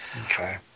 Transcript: Okay